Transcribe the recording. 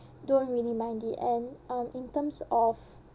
don't really mind the end um in terms of